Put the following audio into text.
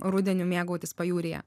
rudeniu mėgautis pajūryje